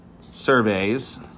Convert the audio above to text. surveys